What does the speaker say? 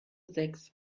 sechs